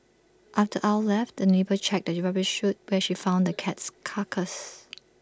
after Ow left the neighbour checked the rubbish chute where she found the cat's carcass